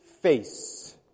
face